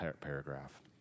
paragraph